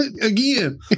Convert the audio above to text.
Again